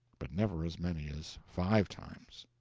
but never as many as five times.